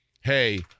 hey